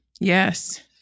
Yes